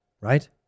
Right